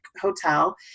hotel